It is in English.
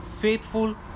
faithful